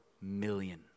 million